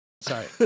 Sorry